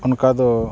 ᱚᱱᱠᱟ ᱫᱚ